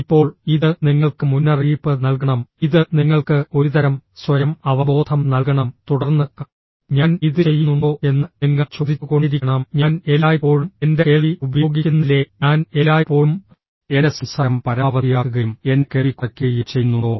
ഇപ്പോൾ ഇത് നിങ്ങൾക്ക് മുന്നറിയിപ്പ് നൽകണം ഇത് നിങ്ങൾക്ക് ഒരുതരം സ്വയം അവബോധം നൽകണം തുടർന്ന് ഞാൻ ഇത് ചെയ്യുന്നുണ്ടോ എന്ന് നിങ്ങൾ ചോദിച്ചുകൊണ്ടിരിക്കണം ഞാൻ എല്ലായ്പ്പോഴും എന്റെ കേൾവി ഉപയോഗിക്കുന്നില്ലേ ഞാൻ എല്ലായ്പ്പോഴും എന്റെ സംസാരം പരമാവധിയാക്കുകയും എന്റെ കേൾവി കുറയ്ക്കുകയും ചെയ്യുന്നുണ്ടോ